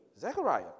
Zechariah